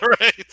right